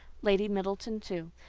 lady middleton too,